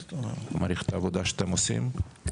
מעריך את העבודה שאתם עושים.